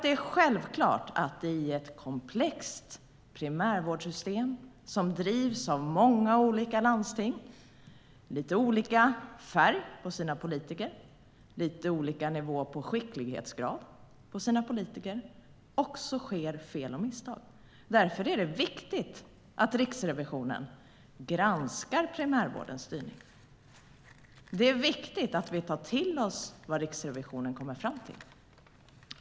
Det är självklart att det i ett komplext primärvårdssystem som drivs av många olika landsting med lite olika färg på sina politiker och lite olika skicklighetsnivå på sina politiker också sker fel och misstag. Därför är det viktigt att Riksrevisionen granskar primärvårdens styrning. Det är viktigt att vi tar till oss vad Riksrevisionen kommer fram till.